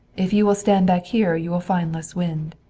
if you will stand back here you will find less wind.